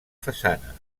façana